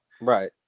right